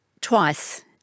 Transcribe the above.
twice